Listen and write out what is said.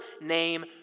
name